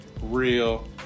real